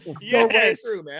yes